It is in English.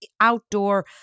outdoor